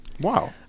Wow